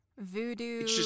Voodoo